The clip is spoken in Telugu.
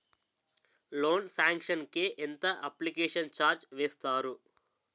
లోన్ సాంక్షన్ కి ఎంత అప్లికేషన్ ఛార్జ్ వేస్తారు?